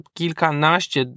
kilkanaście